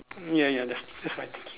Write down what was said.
ya you are just that's why